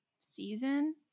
season